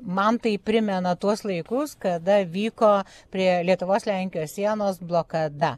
man tai primena tuos laikus kada vyko prie lietuvos lenkijos sienos blokada